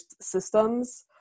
systems